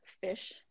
Fish